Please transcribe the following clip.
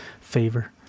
favor